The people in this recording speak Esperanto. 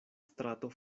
strato